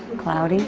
cloudy